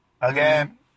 Again